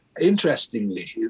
interestingly